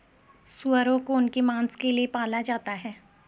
सूअरों को उनके मांस के लिए पाला जाता है